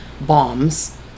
bombs